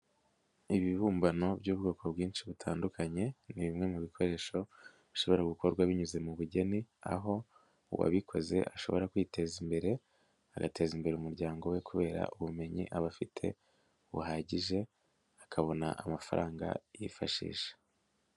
Ibibumbano by'ubwoko bwinshi butandukanye, ni bimwe mu bikoresho bishobora gukorwa binyuze mu bugeni, aho uwabikoze ashobora kwiteza imbere, agateza imbere umuryango we kubera ubumenyi aba afite buhagije, akabona amafaranga yifashisha.